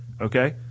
Okay